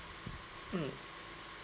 mm